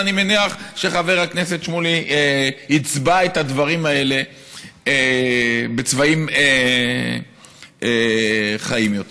ואני מניח שחבר הכנסת שמולי יצבע את הדברים האלה בצבעים חיים יותר.